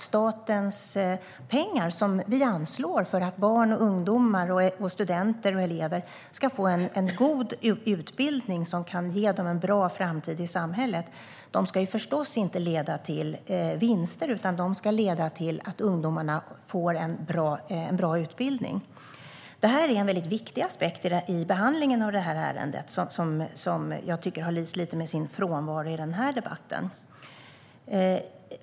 Staten anslår pengar för att barn, ungdomar, studenter och elever ska få en god utbildning som kan ge dem en bra framtid i samhället. Dessa medel ska förstås inte gå till vinster utan till bra utbildning. Detta är en väldigt viktig aspekt i behandlingen av ärendet, men jag tycker att den har lyst lite med sin frånvaro i den här debatten.